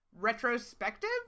retrospective